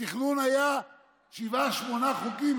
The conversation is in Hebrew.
התכנון היה שבעה-שמונה חוקים,